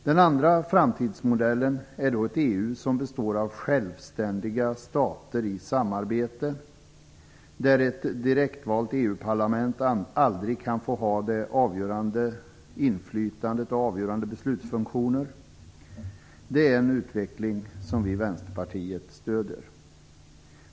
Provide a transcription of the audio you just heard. Den andra framtidsmodellen är ett EU som består av självständiga stater i samarbete, där ett direktvalt EU-parlament aldrig kan få ha det avgörande inflytandet och avgörande beslutsfunktioner. Det är en utveckling som vi i Vänsterpartiet stöder.